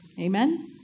Amen